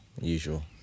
usual